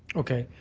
okay,